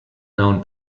known